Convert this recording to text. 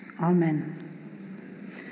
Amen